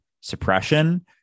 suppression